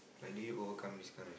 like do you overcome this kind of